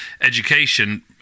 education